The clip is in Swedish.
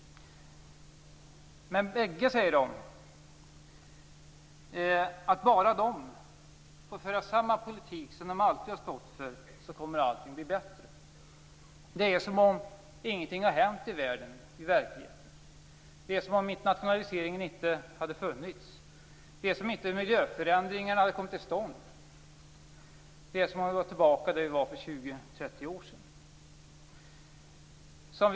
Men bägge sidor säger att bara de får föra samma politik som de alltid har stått för kommer allt att bli bättre. Det är som om ingenting har hänt i världen och i verkligheten. Det är som om internationaliseringen inte hade funnits och miljöförändringarna inte hade kommit till stånd. Det är som om vi var tillbaka där vi var för 20-30 år sedan.